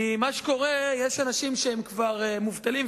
כי יש אנשים שהם כבר מובטלים,